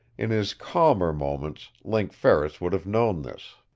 in his calmer moments link ferris would have known this.